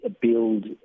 Build